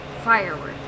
Fireworks